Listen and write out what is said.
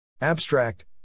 Abstract